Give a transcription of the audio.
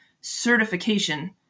certification